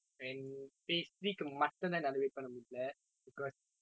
and phase three க்கு மட்டும் தான் என்னலே:kku mattum thaan ennaalae wait பண்ண முடியலே:panna mudiyalae because